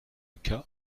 cas